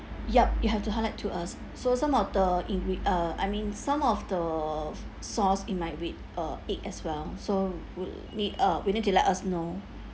yup you have to highlight to us so some of the ingre~ uh I mean some of the f~ sauce it might with uh egg as well so would need uh you need to let us know